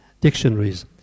dictionaries